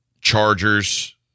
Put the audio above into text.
Chargers